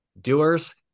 doers